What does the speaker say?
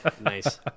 nice